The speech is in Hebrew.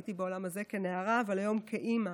הייתי בעולם הזה כנערה, אבל היום, כאימא,